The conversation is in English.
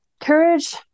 Courage